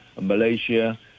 Malaysia